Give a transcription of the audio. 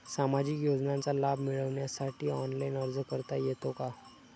सामाजिक योजनांचा लाभ मिळवण्यासाठी ऑनलाइन अर्ज करता येतो का?